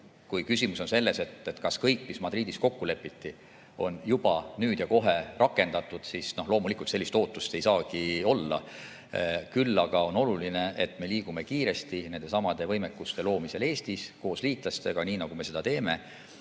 kui küsimus on selles, kas kõik, mis Madridis kokku lepiti, on juba nüüd ja kohe rakendatud, siis loomulikult sellist ootust ei saagi olla. Küll aga on oluline, et me liigume kiiresti nendesamade võimekuste loomisele Eestis koos liitlastega, nii nagu me seda teeme. Mul